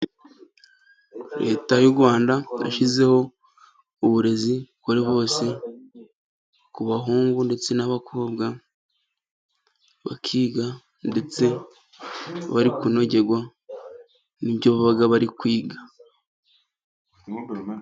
Leta y'u Rwanda yashyizeho uburezi kuri bose, ku bahungu ndetse n'abakobwa bakiga, ndetse bari kunogerwa n'ibyo baba bari kwiga.